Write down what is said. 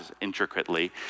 intricately